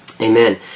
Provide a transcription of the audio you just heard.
Amen